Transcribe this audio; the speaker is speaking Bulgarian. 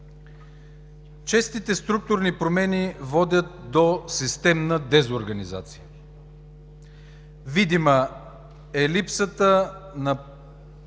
Честите структурни промени водят до системна дезорганизация. Видима е липсата на